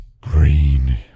green